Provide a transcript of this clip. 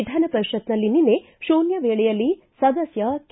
ವಿಧಾನ ಪರಿಷತ್ನಲ್ಲಿ ನಿನ್ನೆ ಶೂನ್ಯ ವೇಳೆಯಲ್ಲಿ ಸದಸ್ಯ ಕೆ